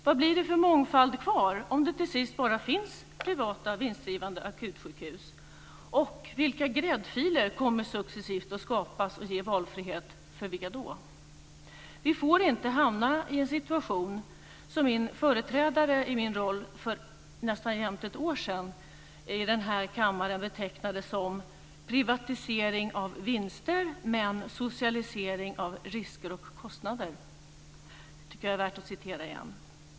Vad blir det för mångfald kvar, om det till sist bara finns privata vinstdrivande akutsjukhus? Vilka gräddfiler kommer successivt att skapas och ge valfrihet och för vilka? Vi får inte hamna i en situation som min företrädare i min roll för nästan jämnt ett år sedan i kammaren betecknade som "privatisering av vinster men socialisering av risker och kostnader". Det är värt att citera igen.